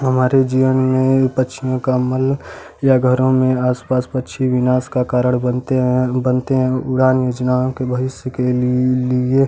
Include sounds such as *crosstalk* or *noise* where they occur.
हमारे जीवन में पक्षियों का मल या घरों में आस पास पक्षी विनाश का कारण बनते हैं बनते हैं उड़ान *unintelligible* के भविष्य के ली लिए